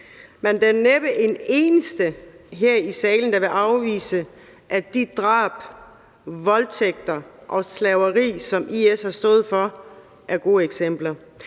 men der er næppe en eneste her i salen, der vil afvise, at de drab og voldtægter og det slaveri, som IS har stået for, er gode eksempler.